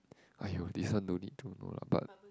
!aiyo! this one no need to no lah but